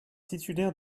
titulaire